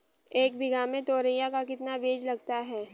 एक बीघा में तोरियां का कितना बीज लगता है?